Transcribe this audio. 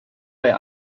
bei